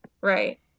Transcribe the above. Right